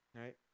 right